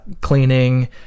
cleaning